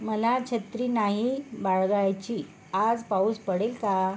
मला छत्री नाही बाळगायची आज पाऊस पडेल का